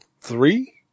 three